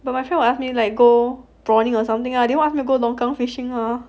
but my friend will ask me like go prawning or something ah didn't ask me to go longkang fishing lah